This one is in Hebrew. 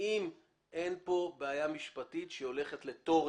האם אין פה בעיה משפטית בכך שהיא הולכת לתורן,